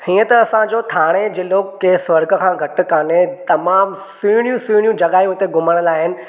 हीअं त असांजो थाणे ज़िलो कंहिं सुर्ॻ खां घटि कोन्हे तमामु सुहिणियूं सुहिणियूं जॻहियूं हिते घुमण लाइ आहिनि